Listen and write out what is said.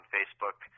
Facebook